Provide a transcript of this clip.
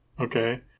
okay